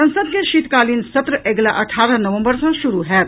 संसद के शीतकालीन सत्र अगिला अठारह नवम्बर सॅ शुरू होयत